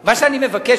מה שאני מבקש,